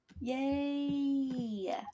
Yay